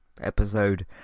episode